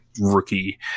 rookie